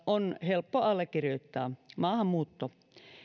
on helppo allekirjoittaa maahanmuutto